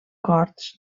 corts